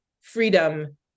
freedom